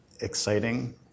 exciting